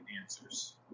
answers